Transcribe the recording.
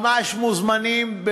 ממש מוזמנים,